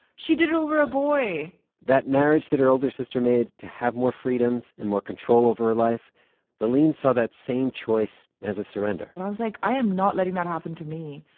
she did it over a boy that marriage that her older sister made to have more freedoms and more control over her life laaleen saw that same choice as a surrender and i was like, i am not letting that happen to me.